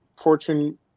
Fortune